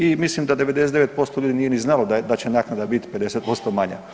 I mislim da 99% ljudi nije ni znalo da će naknada biti 50% manja.